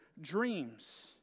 dreams